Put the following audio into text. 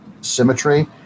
symmetry